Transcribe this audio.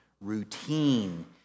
Routine